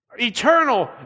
eternal